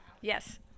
Yes